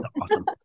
awesome